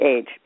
age